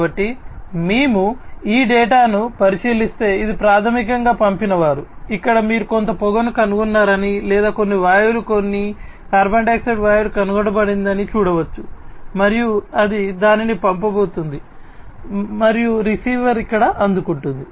కాబట్టి మేము ఈ డేటాను పరిశీలిస్తే ఇది ప్రాథమికంగా పంపినవారు ఇక్కడ మీరు కొంత పొగను కనుగొన్నారని లేదా కొన్ని వాయువులు కొన్ని కార్బన్ మోనాక్సైడ్ వాయువు కనుగొనబడిందని చూడవచ్చు మరియు అది దానిని పంపుతోంది మరియు రిసీవర్ ఇక్కడ అందుకుంటుంది